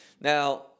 Now